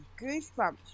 goosebumps